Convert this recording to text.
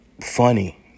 funny